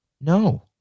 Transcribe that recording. No